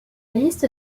liste